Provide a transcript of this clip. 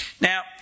Now